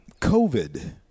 COVID